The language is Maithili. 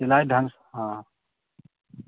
सिलाइ ढङ्गसँ हँ